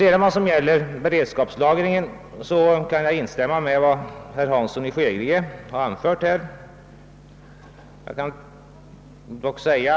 I fråga om beredskapslagringen kan jag instämma i vad herr Hansson i Skegrie här har anfört.